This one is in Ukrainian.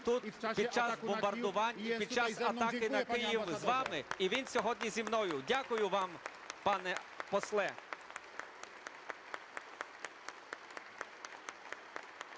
тут під час бомбардувань і під час атаки на Київ з вами. І він сьогодні зі мною. Дякую вам, пане посол.